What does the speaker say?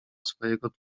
swojego